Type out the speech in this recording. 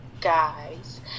guys